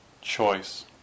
choice